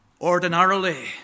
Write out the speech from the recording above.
ordinarily